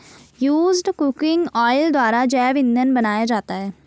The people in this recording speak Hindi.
यूज्ड कुकिंग ऑयल द्वारा जैव इंधन बनाया जाता है